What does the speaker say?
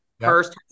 First